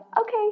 okay